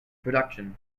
production